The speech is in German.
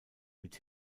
mit